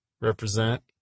represent